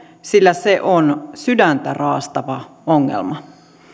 sillä se on sydäntä raastava ongelma